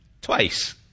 twice